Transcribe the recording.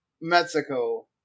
Mexico